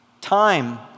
time